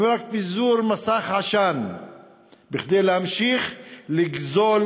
הם רק פיזור מסך עשן כדי להמשיך לגזול